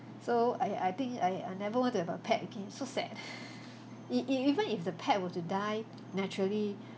so I I think I I never want to have a pet again so sad e~ even if the pet were to die naturally